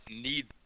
need